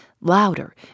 louder